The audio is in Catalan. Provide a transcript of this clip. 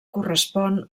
correspon